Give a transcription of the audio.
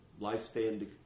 lifespan